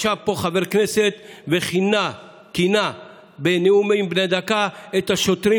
ישב פה חבר כנסת וכינה בנאומים בני דקה את השוטרים